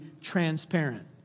transparent